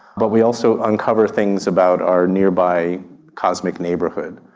but we also uncovered things about our nearby cosmic neighbourhood.